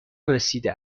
رسیده